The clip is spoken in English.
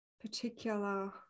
particular